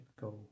go